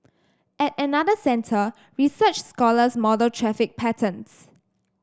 at another centre research scholars model traffic patterns